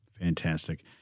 Fantastic